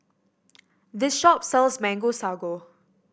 this shop sells Mango Sago